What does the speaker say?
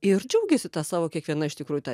ir džiaugiasi ta savo kiekviena iš tikrųjų ta